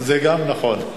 זה גם נכון.